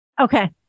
Okay